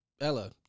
Ella